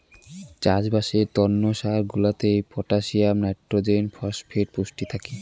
চাষবাসের তন্ন সার গুলাতে পটাসিয়াম, নাইট্রোজেন, ফসফেট পুষ্টি থাকি